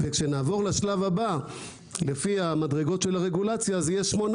וכשנעבור לשלב הבא לפי המדרגות של הרגולציה זה יהיה קיבולת